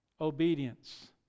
obedience